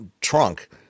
trunk